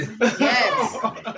Yes